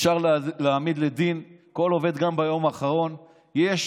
אפשר להעמיד לדין כל עובד, גם ביום האחרון, יש